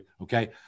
Okay